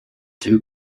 two